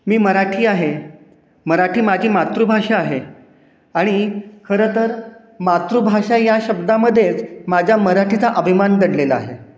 मी मराठी आहे मराठी माझी मातृभाषा आहे आणि खरंतर मातृभाषा या शब्दामध्येच माझ्या मराठीचा अभिमान दडलेला आहे